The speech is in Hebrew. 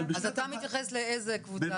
אז אתה מתייחס לאיזו קבוצה,